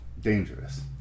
dangerous